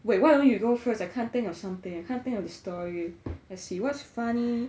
wait why don't you go first I can't think of something I can't think of a story let's see what's funny